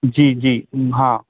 जी जी हाँ